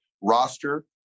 roster